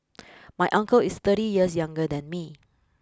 my uncle is thirty years younger than me